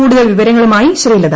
കൂടുതൽ വിവരങ്ങളുമായി ശ്രീലത